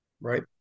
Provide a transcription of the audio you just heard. Right